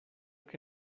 que